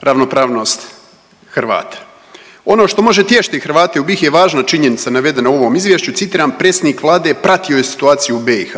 ravnopravnost Hrvata. Ono što može tješiti Hrvate u BiH je važna činjenica u ovom Izvješću, citiram, predsjednik Vlade pratio je situaciju u BiH.